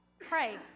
pray